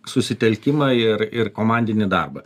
susitelkimą ir ir komandinį darbą